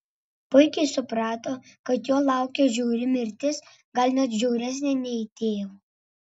puikiai suprato kad jo laukia žiauri mirtis gal net žiauresnė nei tėvo